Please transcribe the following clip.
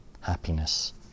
happiness